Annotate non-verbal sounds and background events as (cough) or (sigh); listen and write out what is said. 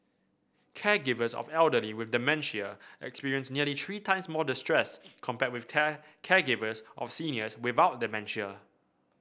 caregivers of elderly with dementia experienced nearly three times more distress compared with (unintelligible) caregivers of seniors without dementia